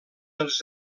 els